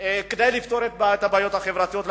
כדי לפתור את הבעיות החברתיות.